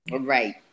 Right